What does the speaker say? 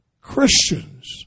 Christians